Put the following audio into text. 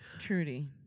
Trudy